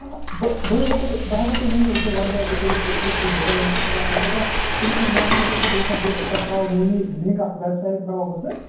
آہ بہٕ بہٕ حظ ہیٚکو تۅہہِ بہٕ ہیٚکو تۄہہِ ؤنی سُہ واٹس اَیٚپ تہِ کٔرِتھ کُس کُس ڈِیزایِن چھُ یا البتہٕ تٔمہِ کھۅتہٕ مےٚ باسان گَژِھو تۄہہِ تَمہِ کھۅتہٕ بہتر تۄہہِ ترٛاوَو بہٕ ؤنی لِنک اکھ ویب سایِٹ ترٛاوَو بہٕ ہسہٕ